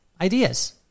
ideas